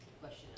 Question